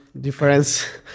difference